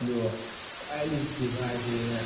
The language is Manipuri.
ꯑꯗꯨꯒ ꯈ꯭ꯋꯥꯏꯗꯒꯤ ꯀꯤꯕ ꯍꯥꯏꯁꯦ